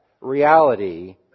reality